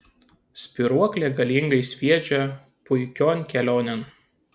spyruoklė galingai sviedžia puikion kelionėn